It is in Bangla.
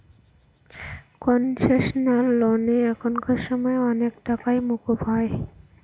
কনসেশনাল লোনে এখানকার সময় অনেক টাকাই মকুব হয়